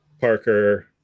Parker